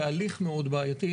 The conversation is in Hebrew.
בהליך מאוד בעייתי,